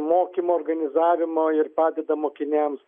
mokymo organizavimo ir padeda mokiniams